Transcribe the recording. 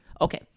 okay